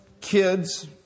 kids